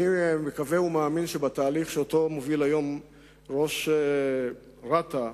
אני מקווה ומאמין שבתהליך שמוביל היום ראש רת"א,